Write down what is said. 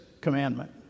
commandment